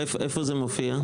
איפה זה מופיע?